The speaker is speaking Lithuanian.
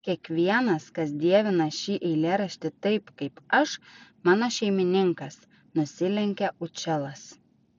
kiekvienas kas dievina šį eilėraštį taip kaip aš mano šeimininkas nusilenkė učelas